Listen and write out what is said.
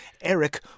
Eric